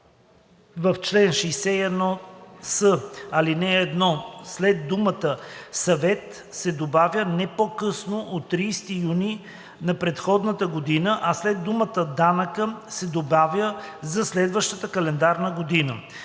в чл. 61с, ал. 1 след думата „съвет“ се добавя „не по-късно от 30 юни на предходната година“, а след думата „данъка“ се добавя „за следващата календарна година“.